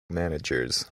managers